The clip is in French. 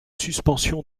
suspension